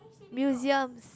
museums